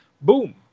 Boom